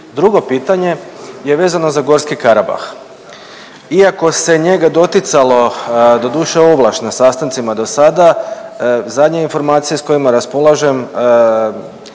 Drugo pitanje je vezano za gorski Karabah. Iako se njega doticalo doduše ovlaš na sastancima do sada zadnje informacije sa kojima raspolažem